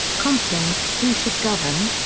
compton who should govern.